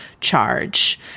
charge